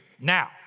Now